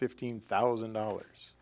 fifteen thousand dollars